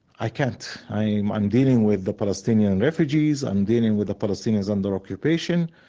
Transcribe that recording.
i can't. i'm i'm dealing with the palestinian refugees i'm dealing with the palestinians under occupation,